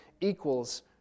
equals